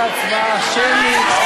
זו תהיה הצבעה שמית.